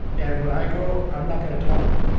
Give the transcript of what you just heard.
and when i go, i'm not gonna talk.